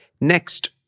Next